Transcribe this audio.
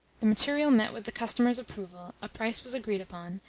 the material met with the customer's approval, a price was agreed upon,